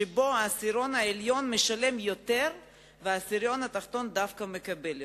שבו העשירון העליון משלם יותר והעשירון התחתון דווקא מקבל יותר.